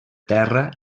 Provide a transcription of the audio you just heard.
terra